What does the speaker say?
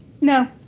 No